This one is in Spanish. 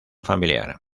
familiar